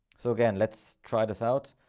so again, let's try this out.